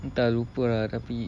entah lupa lah tapi